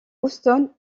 houston